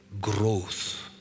growth